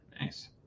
Nice